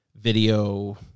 video